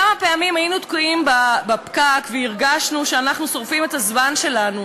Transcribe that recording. כמה פעמים היינו תקועים בפקק והרגשנו שאנחנו שורפים את הזמן שלנו.